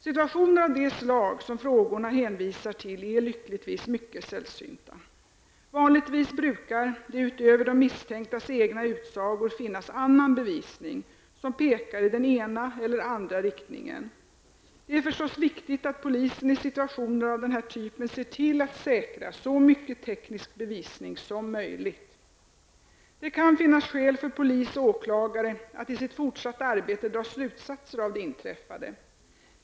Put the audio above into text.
Situationer av det slag som frågorna hänvisar till är lyckligtvis mycket sällsynta. Vanligtvis brukar det utöver de misstänktas egna utsagor finnas annan bevisning som pekar i den ena eller andra riktningen. Det är förstås viktigt att polisen i situationer av den här typen ser till att säkra så mycket teknisk bevisning som möjligt. Det kan finnas skäl för polis och åklagare att i sitt fortsatta arbete dra slutsatser av det inträffade.